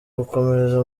gukomereza